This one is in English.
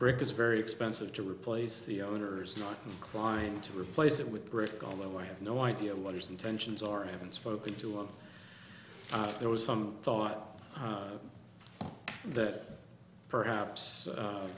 brick is very expensive to replace the owner's not inclined to replace it with brick although i have no idea what his intentions are i haven't spoken to him there was some thought that perhaps